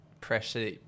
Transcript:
pressure